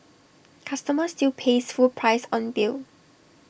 customer still pays full price on bill